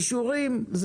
אישורים.